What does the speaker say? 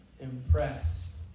impress